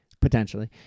Potentially